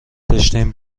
داشتیم